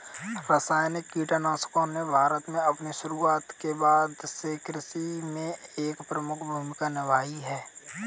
रासायनिक कीटनाशकों ने भारत में अपनी शुरूआत के बाद से कृषि में एक प्रमुख भूमिका निभाई है